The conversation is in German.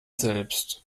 selbst